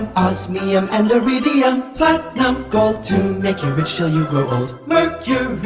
osmium and iridium. platinum, gold to make you rich till' you grow old. mercury,